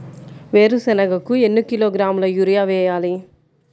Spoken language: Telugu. వేరుశనగకు ఎన్ని కిలోగ్రాముల యూరియా వేయాలి?